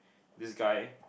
this guy